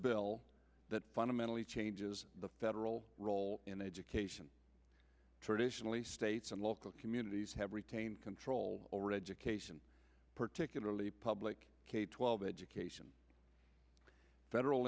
bill that fundamentally changes the federal role in education traditionally states and local communities have retained control all registration particularly public k twelve education federal